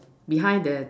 behind the